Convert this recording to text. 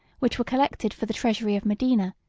which were collected for the treasury of medina,